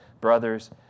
Brothers